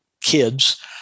kids